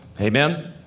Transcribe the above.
amen